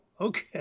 okay